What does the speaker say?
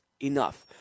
enough